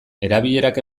erabilerak